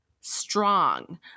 strong